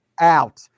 out